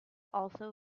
also